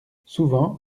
souvent